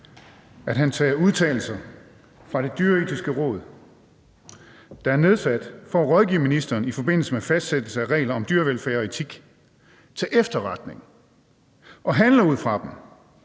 at han tager udtalelser fra Det Dyreetiske Råd – der er nedsat for at rådgive ministeren i forbindelse med fastsættelsen af regler om dyrevelfærd og dyreetik – til efterretning og handler ud fra dem,